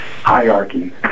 hierarchy